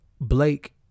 Blake